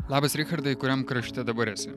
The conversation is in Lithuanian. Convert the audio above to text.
labas richardai kuriam krašte dabar esi